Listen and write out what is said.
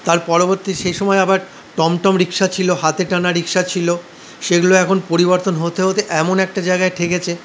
তার পরবর্তী সেইসময় আবার টমটম রিক্সা ছিল হাতে টানা রিক্সা ছিল সেগুলো এখন পরিবর্তন হতে হতে এমন একটা জায়গায় ঠেকেছে